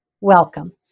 Welcome